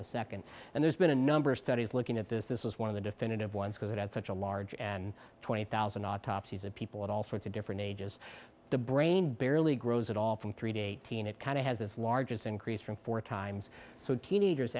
a second and there's been a number of studies looking at this this is one of the definitive ones because it had such a large and twenty thousand autopsies of people with all sorts of different ages the brain barely grows at all from three to eight thousand it kind of has its largest increase from four times so teenagers